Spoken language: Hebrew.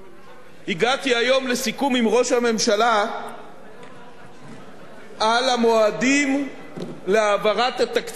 והגעתי היום לסיכום עם ראש הממשלה על המועדים להעברת התקציב כולו,